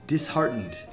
Disheartened